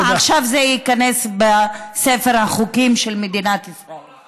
עכשיו זה ייכנס לספר החוקים של מדינת ישראל.